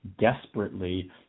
desperately